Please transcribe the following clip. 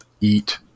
eat